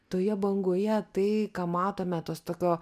toje bangoje tai ką matome tos tokio